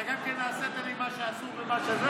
אתה גם כן נעשית לי מה שאסור ומה שזה?